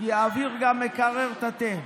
כי האוויר גם מקרר את התה,